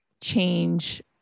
change